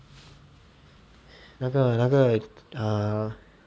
那个那个 err